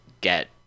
get